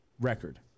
record